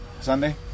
Sunday